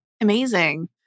amazing